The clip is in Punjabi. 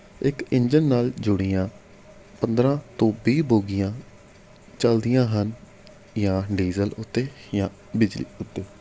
ਇੱਕ ਇੰਜਨ ਨਾਲ ਜੁੜੀਆਂ ਪੰਦਰਾਂ ਤੋਂ ਵੀਹ ਬੋਗੀਆਂ ਚਲਦੀਆਂ ਹਨ ਜਾਂ ਡੀਜ਼ਲ ਉੱਤੇ ਜਾਂ ਬਿਜਲੀ ਉੱਤੇ